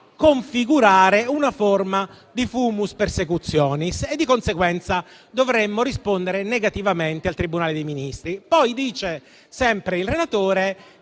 configurare una forma di *fumus persecutionis* e, di conseguenza, dovremmo rispondere negativamente al Tribunale dei Ministri. Sempre il relatore,